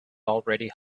already